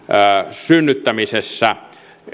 synnyttämisessä